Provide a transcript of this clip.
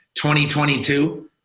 2022